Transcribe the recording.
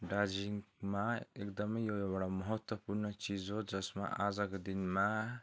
दार्जिलिङमा एकदमै यो एउटा महत्त्वपूर्ण चिज हो जसमा आजको दिनमा